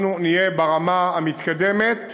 אנחנו נהיה ברמה המתקדמת